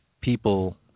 people